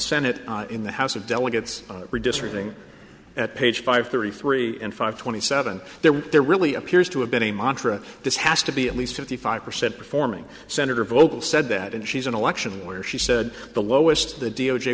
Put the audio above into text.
senate in the house of delegates redistricting at page five thirty three and five twenty seven there were there really appears to have been a montra this has to be at least fifty five percent performing senator vocal said that and she's an election where she said the lowest the d o j